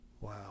Wow